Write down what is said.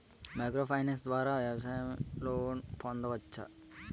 Micro finance ద్వారా వ్యవసాయ loan పొందవచ్చా?